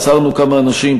עצרנו כמה אנשים,